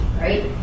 right